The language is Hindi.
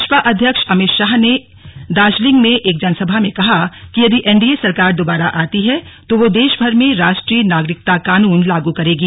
भाजपा अध्यक्ष अमित शाह ने दार्जिलिंग में एक जनसभा में कहा कि यदि एनडीए सरकार दोबारा आती है तो वह देश भर में राष्ट्रीय नागरिकता कानून लागू करेगी